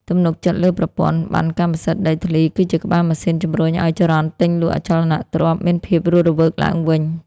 ទំនុកចិត្តលើប្រព័ន្ធប័ណ្ណកម្មសិទ្ធិដីធ្លី គឺជាក្បាលម៉ាស៊ីនជំរុញឱ្យចរន្តទិញលក់អចលនទ្រព្យមានភាពរស់រវើកឡើងវិញ។